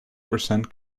percent